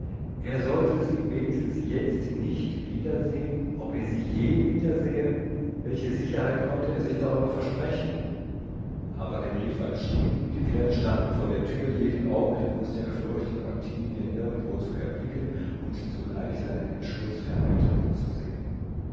er sollte sie wenigstens jetzt nicht wiedersehen ob er sie je wiedersähe welche sicherheit konnte er sich darüber versprechen aber der brief war geschrieben die pferde standen vor der tür jeden augenblick mußte er fürchten ottilien irgendwo zu erblicken und zugleich seinen entschluß vereitelt zu sehen